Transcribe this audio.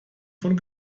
von